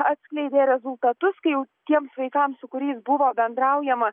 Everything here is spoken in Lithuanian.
atskleidė rezultatus kai jau tiems vaikams su kuriais buvo bendraujama